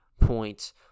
point